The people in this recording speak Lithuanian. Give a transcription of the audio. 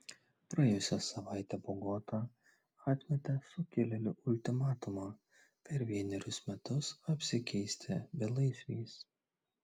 praėjusią savaitę bogota atmetė sukilėlių ultimatumą per vienerius metus apsikeisti belaisviais